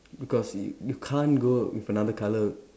because it you can't go with another colour